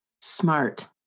smart